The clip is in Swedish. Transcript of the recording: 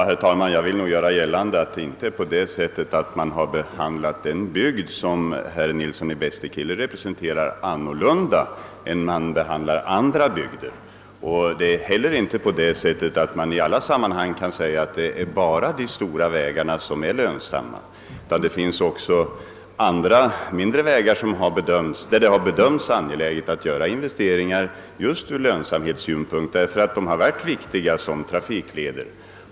Herr talman! Jag vill nog göra gällande att man inte behandlar den bygd som herr Nilsson i Bästekille representerar annorlunda än man behandlar andra bygder. Man kan heller inte säga att det bara är de stora vägarna som är lönsamma, ty det finns också andra, mindre vägar, i fråga om vilka det bedöms angeläget att göra investeringar just ur lönsamhetssynpunkt därför att de är viktiga som trafikleder.